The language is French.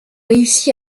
réussi